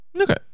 okay